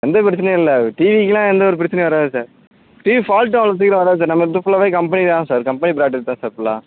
எந்த பிரச்சினையும் இல்லை டிவிக்கெல்லாம் எந்த ஒரு பிரச்சினையும் வராது சார் டிவி ஃபால்ட்டும் அவ்வளோ சீக்கிரம் வராது சார் நம்மகிட்ட ஃபுல்லாகவே கம்பெனி தான் சார் கம்பெனி ப்ராடக்ட் தான் சார் ஃபுல்லாக